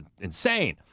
insane